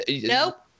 Nope